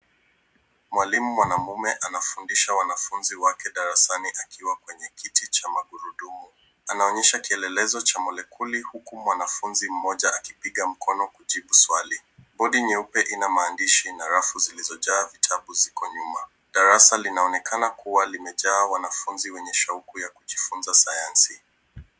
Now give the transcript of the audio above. Mwalimu mwanamume anafundisha wanafunzi wake darasani akiwa kwenye kiti cha magurudumu. Anaonyesha kielelezo cha molekuli huku mwanafunzi mmoja akipiga mkono kujibu swali. Kodi nyeupe ina maandishi na rafu zilizojaa vitabu ziko nyuma. Darasa linaonekana kuwa limejaa wanafunzi wenye shauku ya kujifunza sayansi.